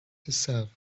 yourself